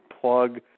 plug